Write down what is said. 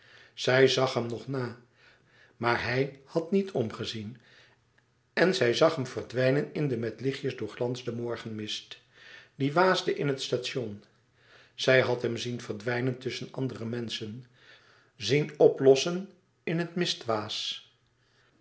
zij zag hem nog na maar hij had niet omgezien en zij zag hem verdwijnen in den met lichtjes doorglansden morgenmist die waasde in het station zij had hem zien verdwijnen tusschen andere menschen zien oplossen in het mistwaas